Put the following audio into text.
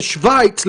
בשוויץ,